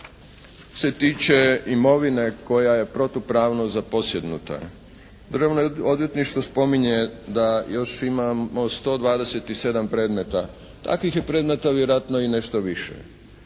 se tiče imovine koja je protupravno zaposjednuta. Državno odvjetništvo spominje da još imamo 127 predmeta. Takvih je predmeta vjerojatno i nešto više.